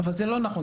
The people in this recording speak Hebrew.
אבל זה לא נכון.